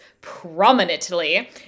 prominently